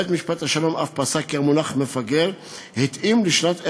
בית-משפט השלום אף פסק כי המונח מפגר התאים לשנת 1969,